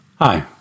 Hi